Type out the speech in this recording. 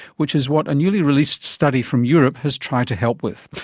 which is what a newly released study from europe has tried to help with.